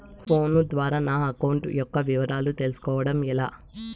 Phone ద్వారా నా account యొక్క వివరాలు తెలుస్కోవడం ఎలా?